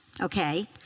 Okay